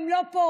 הן לא פה.